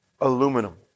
Aluminum